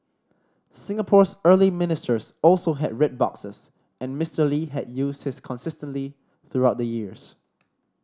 Singapore's early ministers also had red boxes and Mister Lee had used his consistently through the years